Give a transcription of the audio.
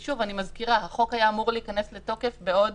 שוב, אני מזכירה, החוק היה אמור להיכנס לתוקף בעוד